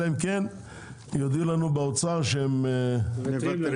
אלא אם כן יודיעו לנו באוצר שהם מוותרים,